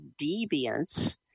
deviance